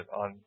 on